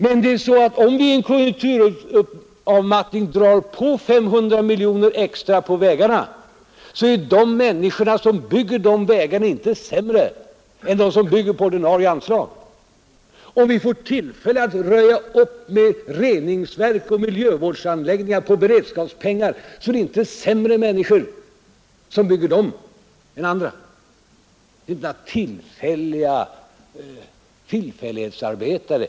Men om vi i en konjunkturavmattning satsar 500 miljoner kronor extra på vägarna, är de människor som bygger dessa vägar inte sämre än de som bygger på ordinarie anslag. Om vi får tillfälle att röja upp med reningsverk och miljövårdsanläggningar för beredskapspengar är de människor som bygger dessa anläggningar inte sämre än de som bygger andra. ”Tillfällighetsarbetare”!